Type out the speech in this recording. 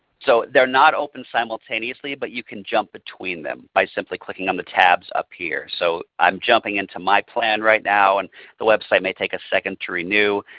so they are not open simultaneously but you can jump between them by simply clicking on the tabs up here. so i'm jumping into my plan right now and the website may take a second to renew.